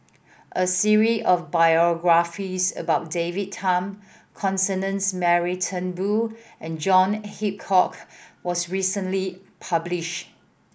a of biographies about David Tham Constance Mary Turnbull and John Hitchcock was recently published